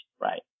right